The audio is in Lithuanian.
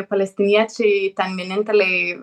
palestiniečiai ten vieninteliai